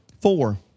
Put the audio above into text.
four